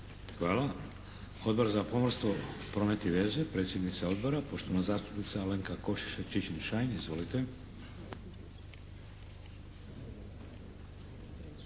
Hvala. Odbor za pomorstvo, promet i veze. Predsjednica Odbora, poštovana zastupnica Alenka Košiša Čičin-Šain. Izvolite.